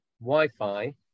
Wi-Fi